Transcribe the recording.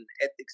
ethics